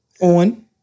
On